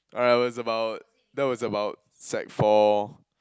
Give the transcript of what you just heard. when I was about that was about sec four